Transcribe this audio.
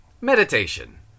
meditation